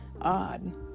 odd